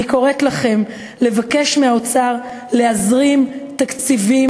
אני קוראת לכם לבקש מהאוצר להזרים תקציבים,